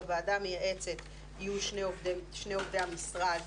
בוועדה המייעצת יהיו שני עובדי המשרד,